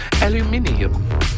Aluminium